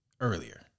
earlier